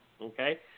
Okay